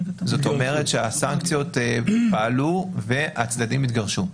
זאת אומרת שהסנקציות פעלו והצדדים התגרשו.